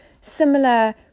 similar